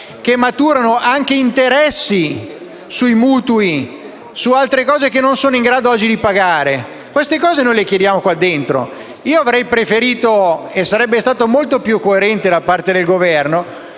che maturano anche interessi sui mutui e altri oneri che non sono in grado di pagare. Questo oggi noi chiediamo qui dentro. Io avrei preferito - e sarebbe stato molto più coerente da parte del Governo